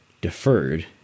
deferred